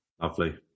Lovely